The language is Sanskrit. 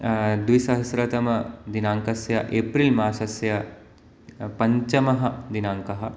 द्विसहस्रतम दिनाङ्कस्य एप्रिल् मासस्य पञ्चमः दिनाङ्कः